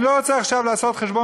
אני לא רוצה עכשיו לעשות חשבון,